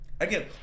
Again